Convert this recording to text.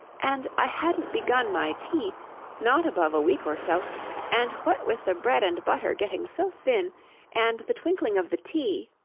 and i hadn't begun my tea not above a week or so and what with the bread-and-butter getting so thin and the twinkling of the tea